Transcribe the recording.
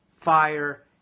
Fire